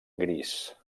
gris